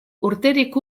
urterik